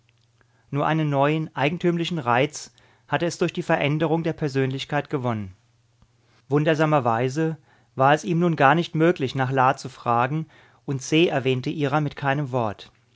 nur einen neuen eigentümlichen reiz hatte es durch die veränderung der persönlichkeit gewonnen wundersamerweise war es ihm nun gar nicht möglich nach la zu fragen und se erwähnte ihrer mit keinem wort